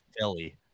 Philly